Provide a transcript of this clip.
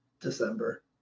december